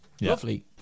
Lovely